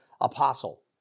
apostle